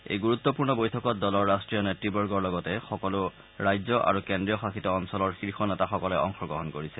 এই গুৰুত্বপূৰ্ণ বৈঠকত দলৰ ৰাষ্ট্ৰীয় নেত়বৰ্গৰ লগতে সকলো ৰাজ্য আৰু কেন্দ্ৰীয়শাসিত অঞ্চলৰ শীৰ্ষ নেতাসকলে অংশগ্ৰহণ কৰিছে